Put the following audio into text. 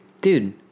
Dude